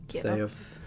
save